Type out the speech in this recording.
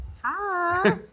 Hi